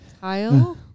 Kyle